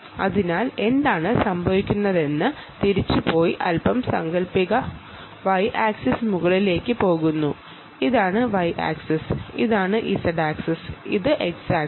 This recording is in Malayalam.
അപ്പോൾ എന്താണ് സംഭവിക്കുകയെന്ന് അൽപ്പം സങ്കൽപ്പിക്കുക y ആക്സിസ് മുകളിലേക്ക് പോകുന്നു ഇതാണ് y ആക്സിസ് ഇതാണ് z ആക്സിസ് ഇതാണ് x ആക്സിസ്